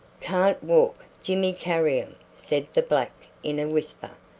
can't walk jimmy carry um, said the black in a whisper.